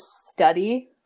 study